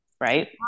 right